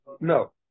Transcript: No